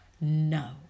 no